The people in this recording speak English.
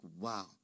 wow